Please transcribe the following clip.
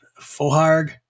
Foharg